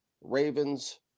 Ravens